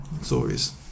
stories